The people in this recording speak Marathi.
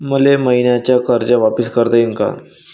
मले मईन्याचं कर्ज वापिस करता येईन का?